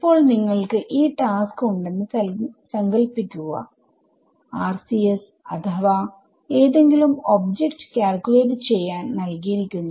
ഇപ്പോൾ നിങ്ങൾക്ക് ഈ ടാസ്ക് ഉണ്ടെന്ന് സങ്കൽപ്പിക്കുകRCS അഥവാ ഏതെങ്കിലും ഒബ്ജെക്റ്റ് കാൽക്യൂലേറ്റ് ചെയ്യാൻ നൽകിയിരിക്കുന്നു